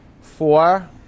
Four